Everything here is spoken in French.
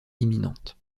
imminente